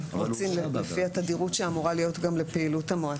לגבי "נבצר ממנו דרך קבע",